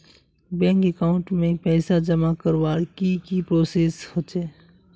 Bank account में पैसा जमा करवार की की प्रोसेस होचे?